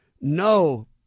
No